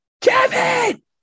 Kevin